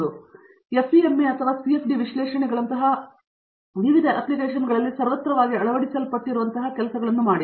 ಅಥವಾ FEMA ಅಥವಾ CFD ವಿಶ್ಲೇಷಣೆಗಳಂತಹ ವಿಶ್ಲೇಷಣೆಗಳಾದ ವಿವಿಧ ಅಪ್ಲಿಕೇಶನ್ಗಳಲ್ಲಿ ಸರ್ವತ್ರವಾಗಿ ಅಳವಡಿಸಲ್ಪಟ್ಟಿರುವಂತಹ ಕೆಲಸಗಳನ್ನು ಮಾಡಿ